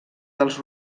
dels